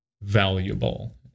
valuable